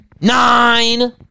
Nine